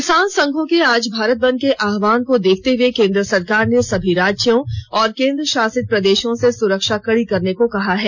किसान संघों के आज भारत बंद के आहवान को देखते हुए केंद्र सरकार ने सभी राज्यों और केंद्रशासित प्रदेशों से सुरक्षा कड़ी करने को कहा है